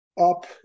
up